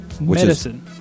medicine